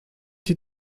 die